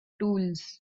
tools